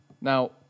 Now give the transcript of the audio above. Now